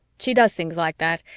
she does things like that,